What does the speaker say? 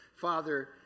Father